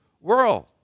world